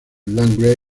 landgrave